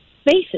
spaces